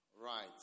right